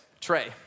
Trey